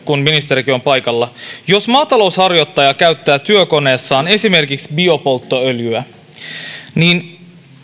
kun ministerikin on paikalla olenko ymmärtänyt oikein jos maatalouden harjoittaja käyttää työkoneessaan esimerkiksi biopolttoöljyä niin